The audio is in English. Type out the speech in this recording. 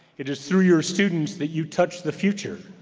it is through your students that you touch the future.